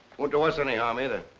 won't do us any harm either.